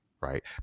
Right